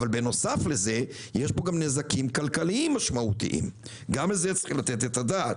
בנוסף לזה יש גם נזקים כלכליים משמעותיים וגם על זה צריך לתת את הדעת.